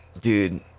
Dude